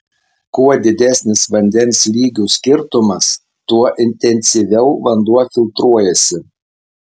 kuo didesnis vandens lygių skirtumas tuo intensyviau vanduo filtruojasi